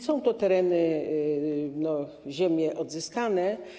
Są to tereny, ziemie odzyskane.